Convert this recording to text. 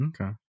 okay